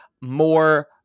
more